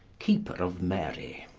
keeper of mary.